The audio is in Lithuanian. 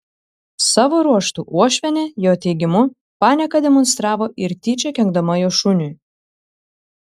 savo ruožtu uošvienė jo teigimu panieką demonstravo ir tyčia kenkdama jo šuniui